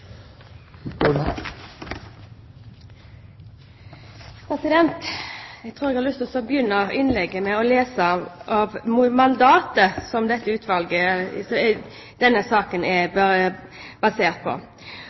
lyst til å begynne innlegget med å lese det mandatet som utvalget fikk, og som denne saken er basert på.